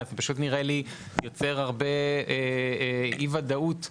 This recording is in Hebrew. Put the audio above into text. זה פשוט נראה לי הרבה אי-ודאות בענף,